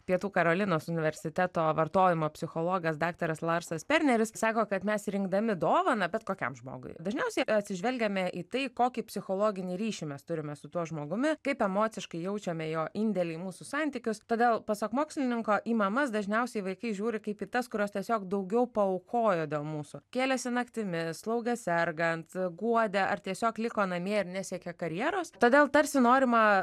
pietų karolinos universiteto vartojimo psichologas daktaras larsas perneris sako kad mes rinkdami dovaną bet kokiam žmogui dažniausiai atsižvelgiame į tai kokį psichologinį ryšį mes turime su tuo žmogumi kaip emociškai jaučiame jo indėlį į mūsų santykius todėl pasak mokslininko į mamas dažniausiai vaikai žiūri kaip į tas kurios tiesiog daugiau paaukojo dėl mūsų kėlėsi naktimis slaugė sergant guodė ar tiesiog liko namie ir nesiekia karjeros todėl tarsi norima